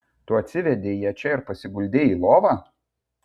tu atsivedei ją čia ir pasiguldei į lovą